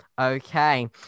Okay